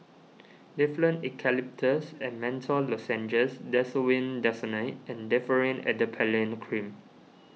Difflam Eucalyptus and Menthol Lozenges Desowen Desonide and Differin Adapalene Cream